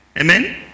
Amen